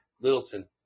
Littleton